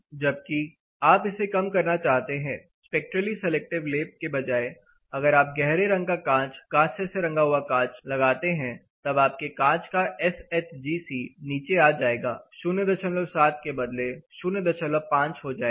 जबकि आप इसे कम करना चाहते हैं स्पेक्ट्रली सिलेक्टिव लेप के बजाय अगर आप गहरे रंग का कांच कांस्य से रंगा हुआ कांच लगाते हैं तब आपके कांच का एस एच जी सी नीचे आ जाएगा 07 के बदले 05 हो जाएगा